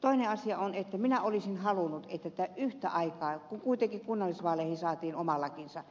toinen asia on että minä olisin halunnut että yhtä aikaa kun kuitenkin kunnallisvaaleihin saatiin oma lakinsa